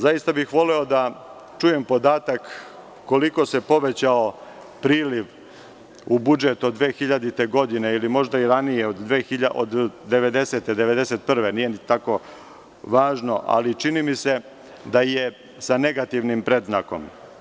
Zaista bih voleo da čujem podatak koliko se povećao priliv u budžet od 2000. godine ili možda i ranije, od 1990-1991. godine, ali, čini mi se da je sa negativnim predznakom.